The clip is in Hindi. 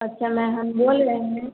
अच्छा मैं हम बोल रहे हैं